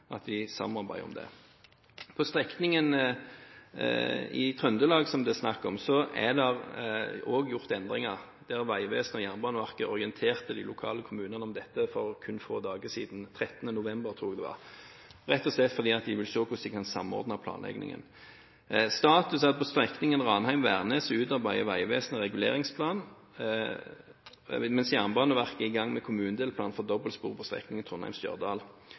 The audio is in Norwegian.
at de samarbeider om det. På strekningen i Trøndelag, som det er snakk om, er det også gjort endringer. Vegvesenet og Jernbaneverket orienterte de lokale kommunene om dette for kun få dager siden – jeg tror det var 13. november – rett og slett fordi de ville se hvordan de kan samordne planleggingen. Status er at på strekningen Ranheim–Værnes utarbeider Vegvesenet reguleringsplan, mens Jernbaneverket er i gang med kommunedelplan for dobbeltspor på strekningen